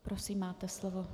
Prosím, máte slovo.